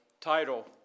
title